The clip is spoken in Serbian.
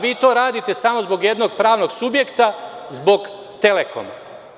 Vi to radite samo zbog jednog pravnog subjekta, zbog „Telekoma“